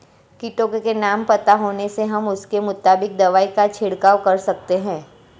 कीटों के नाम पता होने से हम उसके मुताबिक दवाई का छिड़काव कर सकते हैं